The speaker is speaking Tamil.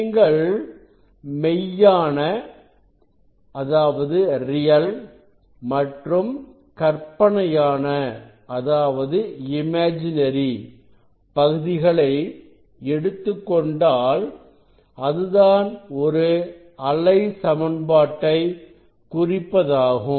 நீங்கள் மெய்யான மற்றும் கற்பனையான பகுதிகளை எடுத்துக் கொண்டால் அதுதான் ஒரு அலை சமன்பாட்டை குறிப்பதாகும்